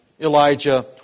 Elijah